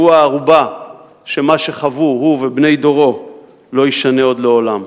שהוא הערובה לכך שמה שחוו הוא ובני דורו לא יישנה עוד לעולם.